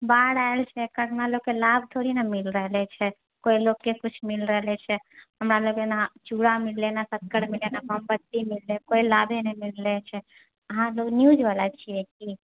बाढ़ आएल छै ओकर हमरलोकके लाभ थोड़े ने मिल रहल छै कोइ लोककेँ किछु मिल रहल छै हमरा लोककेँ ने चूड़ा मिललै ने शक्कर मिललै ने मोमबत्ती मिललै कोइ लाभे नहि मिल रहल छै अहाँ न्यूज बला छिऐ कि